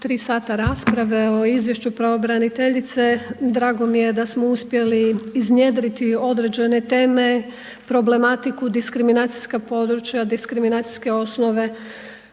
3 sata rasprave o izvješću pravobraniteljice, drago mi je da smo uspjeli iznjedriti određene teme, problematiku, diskriminacijska područja, diskriminacijske osnove